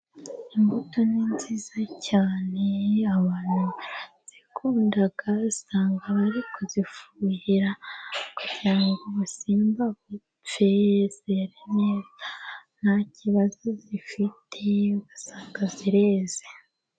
Imbuto ni nziza cyane, abantu barazikunda usanga bari kuzifuhira kugira ngo ubusimba bupfe zere neza ,nta kibazo zifitiye ugasanga zireze.